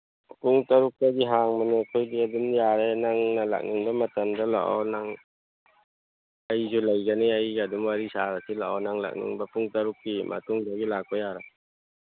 ꯄꯨꯡ ꯇꯔꯨꯛꯇꯒꯤ ꯍꯥꯡꯕꯅꯤ ꯑꯩꯈꯣꯏꯁꯦ ꯑꯗꯨꯝ ꯌꯥꯔꯦ ꯅꯪꯅ ꯂꯥꯛꯅꯤꯡꯕ ꯃꯇꯝꯗ ꯂꯥꯛꯑꯣ ꯅꯪ ꯑꯩꯁꯨ ꯂꯩꯒꯅꯤꯑꯩꯒ ꯑꯗꯨꯝ ꯋꯥꯔꯤ ꯁꯥꯔꯁꯤ ꯂꯥꯛꯑꯣ ꯅꯪ ꯂꯥꯛꯅꯤꯡꯕ ꯄꯨꯡ ꯇꯔꯨꯛꯀꯤ ꯃꯇꯨꯡꯗꯒꯤ ꯂꯥꯛꯄ ꯌꯥꯔꯦ